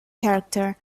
character